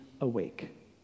awake